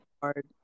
hard